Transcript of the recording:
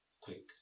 quick